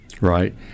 Right